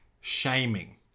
shaming